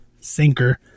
sinker